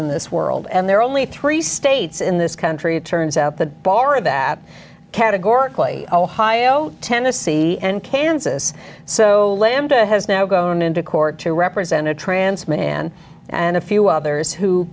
in this world and there are only three states in this country it turns out the bar that categorically ohio tennessee and kansas so let em to has now gone into court to represent a trance man and a few others who